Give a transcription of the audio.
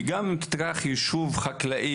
כי גם אם תיקח יישוב חקלאי,